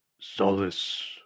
Solace